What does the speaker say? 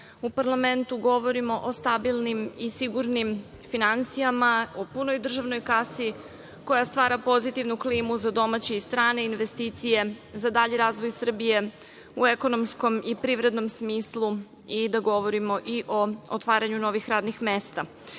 u parlamentu govorimo o stabilnim i sigurnim finansijama, punoj državnoj kasi koja stvara pozitivnu klimu za domaće i strane investicije, za dalji razvoj Srbije, u ekonomskom i privrednom smislu i da govorimo i o otvaranju novih radnih mesta. Juče